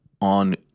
on